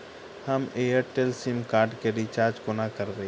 हम Airtel sim card केँ recharge कोना करबै?